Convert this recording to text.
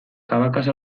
cabacas